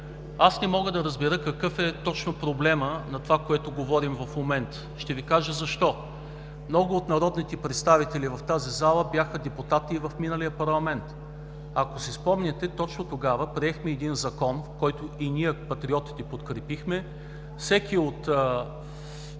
Не мога да разбера какъв е точно проблемът на това, което говорим в момента. Ще Ви кажа защо. Много от народните представители в тази зала бяха депутати и в миналия парламент. Ако си спомняте, точно тогава приехме един Закон, който и ние, Патриотите, подкрепихме – всеки от